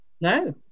no